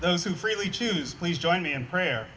those who freely choose please join me in prayer